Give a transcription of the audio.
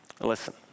listen